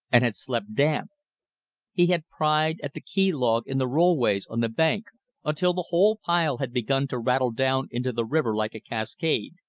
and had slept damp he had pried at the key log in the rollways on the bank until the whole pile had begun to rattle down into the river like a cascade,